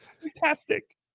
fantastic